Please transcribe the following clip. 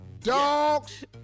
Dogs